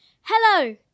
Hello